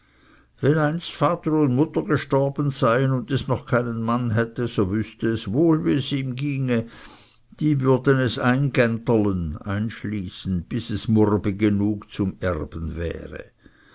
vater und mutter gestorben seien und es noch keinen mann hätte so wüßte es wohl wie es ihm ginge die würden es eingänterlen bis es murbe genug zum erben wäre